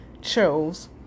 chose